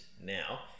now